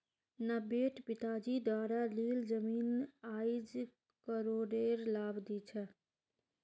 नब्बेट पिताजी द्वारा लील जमीन आईज करोडेर लाभ दी छ